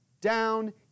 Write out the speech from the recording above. down